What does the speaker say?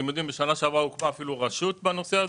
בשנה שעברה הוקמה אפילו רשות בנשוא הזה.